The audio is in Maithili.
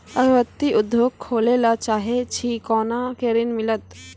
अगरबत्ती उद्योग खोले ला चाहे छी कोना के ऋण मिलत?